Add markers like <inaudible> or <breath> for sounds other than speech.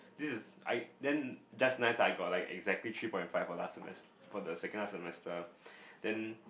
this is I then just nice I got like exactly three point five for last semes~ for the second last semester <breath> then